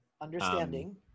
understanding